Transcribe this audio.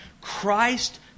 Christ